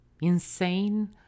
insane